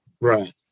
Right